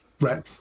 Right